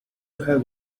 have